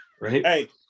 right